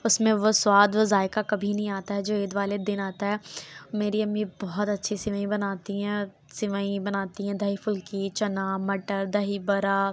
اس میں وہ سواد وہ ذائقہ کبھی نہیں آتا ہے جو عید والے دن آتا ہے میری امی بہت اچھی سیوئیں بناتی ہیں سیوی بناتی ہیں دہی پھلکی چنا مٹر دہی بڑا